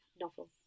novel